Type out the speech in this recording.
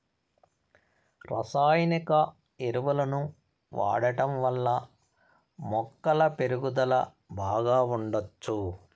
రసాయనిక ఎరువులను వాడటం వల్ల మొక్కల పెరుగుదల బాగా ఉండచ్చు